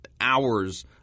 Hours